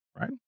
Right